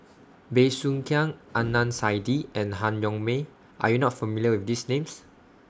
Bey Soo Khiang Adnan Saidi and Han Yong May Are YOU not familiar with These Names